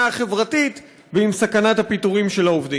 החברתית ועם סכנת הפיטורים של העובדים.